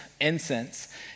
incense